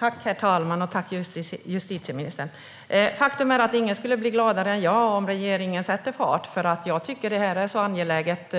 Herr talman! Tack, justitieministern! Faktum är att ingen skulle bli gladare än jag om regeringen satte fart. Våld i nära relationer är ett angeläget